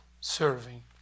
serving